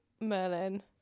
Merlin